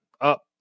up